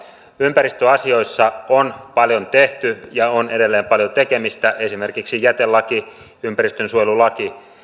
ympäristöasioissa on paljon tehty ja on edelleen paljon tekemistä esimerkiksi jätelaki ja ympäristönsuojelulaki